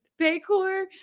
Paycor